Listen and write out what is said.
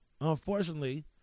unfortunately